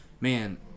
man